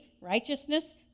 righteousness